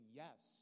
yes